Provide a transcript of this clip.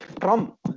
Trump